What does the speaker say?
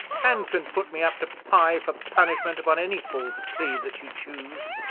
and can put me up to pye for punishment upon any false plea that you choose,